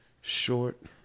short